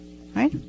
Right